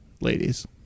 ladies